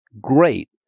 great